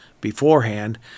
beforehand